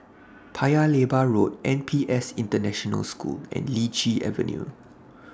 Paya Lebar Road N P S International School and Lichi Avenue